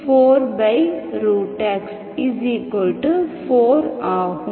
4x4 ஆகும்